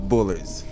Bullets